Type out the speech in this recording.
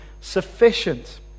sufficient